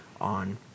on